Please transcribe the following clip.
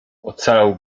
ocalał